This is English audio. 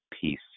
peace